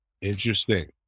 Interesting